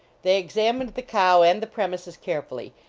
they examined the cow and the premises carefully,